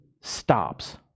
stops